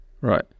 right